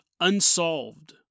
unsolved